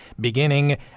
beginning